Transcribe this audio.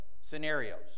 scenarios